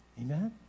Amen